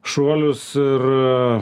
šuolius ir